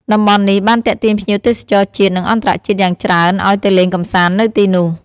តំបន់នេះបានទាក់ទាញភ្ញៀវទេសចរជាតិ និងអន្តរជាតិយ៉ាងច្រើនឱ្យទៅលេងកម្សាន្តនៅទីនោះ។